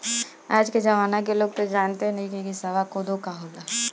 आज के जमाना के लोग तअ जानते नइखे की सावा कोदो का हवे